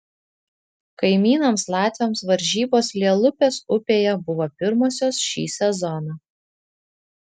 kaimynams latviams varžybos lielupės upėje buvo pirmosios šį sezoną